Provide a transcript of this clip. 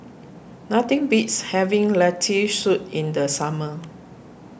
nothing beats having Lentil Soup in the summer